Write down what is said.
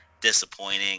disappointing